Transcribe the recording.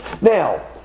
Now